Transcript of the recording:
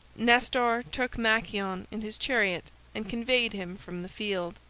nestor took machaon in his chariot and conveyed him from the field.